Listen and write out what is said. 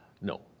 no